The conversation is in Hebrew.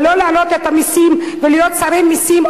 ולא להעלות את המסים ולהיות שרי מסים,